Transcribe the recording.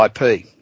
IP